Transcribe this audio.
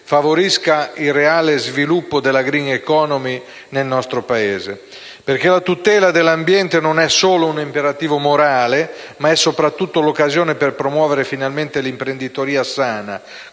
favorisca il reale sviluppo della *green economy* nel nostro Paese. Perché la tutela dell'ambiente non è solo un imperativo morale, ma è soprattutto l'occasione per promuovere finalmente l'imprenditoria sana,